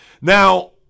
Now